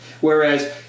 Whereas